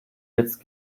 jetzt